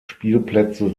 spielplätze